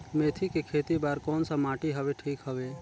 मेथी के खेती बार कोन सा माटी हवे ठीक हवे?